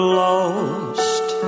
lost